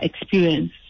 experience